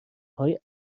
های